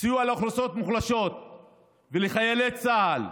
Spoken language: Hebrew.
סיוע לאוכלוסיות מוחלשות ולחיילי צה"ל,